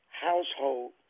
household